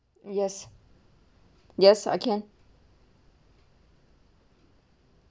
yes yes I can